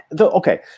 okay